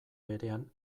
berean